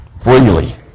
freely